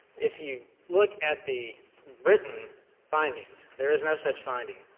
if you look at the written findings, there is no such finding.